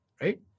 Right